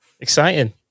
exciting